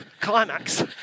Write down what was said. Climax